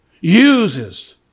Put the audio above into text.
uses